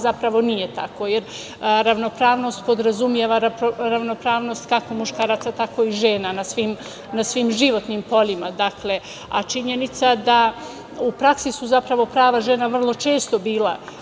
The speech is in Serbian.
zapravo nije tako, jer ravnopravnost podrazumeva ravnopravnost kako muškaraca, tako i žena, na svim životnim poljima. U praksi su zapravo prava žena vrlo često bila